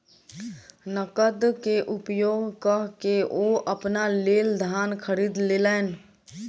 नकद के उपयोग कअ के ओ अपना लेल धान खरीद लेलैन